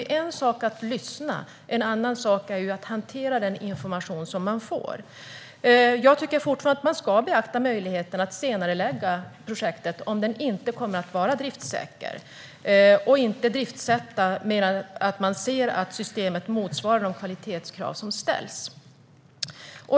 Det är en sak att lyssna och en annan sak att hantera den information som man får. Jag tycker fortfarande att man ska beakta möjligheten att senarelägga projektet om det inte kommer att vara driftssäkert och inte driftssätta med mer än att man ser att systemet motsvarar de kvalitetskrav som ställs.